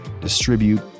distribute